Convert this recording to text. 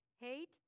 Hate